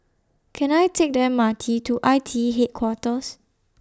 Can I Take The M R T to I T E Headquarters